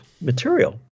material